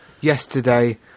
...yesterday